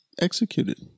executed